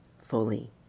fully